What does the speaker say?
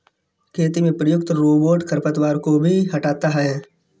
खेती में प्रयुक्त रोबोट खरपतवार को भी हँटाता है